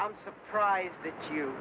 i'm surprised that you